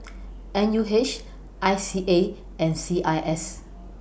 N U H I C A and C I S